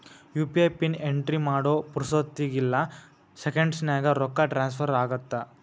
UPI pin entry ಮಾಡೋ ಪುರ್ಸೊತ್ತಿಗಿಲ್ಲ ಸೆಕೆಂಡ್ಸ್ನ್ಯಾಗ ರೊಕ್ಕ ಟ್ರಾನ್ಸ್ಫರ್ ಆಗತ್ತ